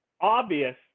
obvious